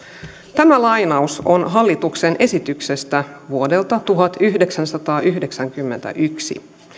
tämä lainaus on hallituksen esityksestä vuodelta tuhatyhdeksänsataayhdeksänkymmentäyksi